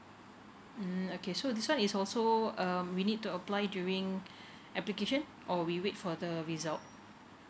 mm okay so this one is also um we need to apply during application or we wait for the result